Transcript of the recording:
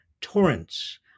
torrents